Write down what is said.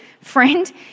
friend